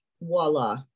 voila